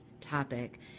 topic